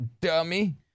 dummy